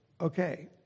okay